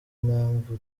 mpamvu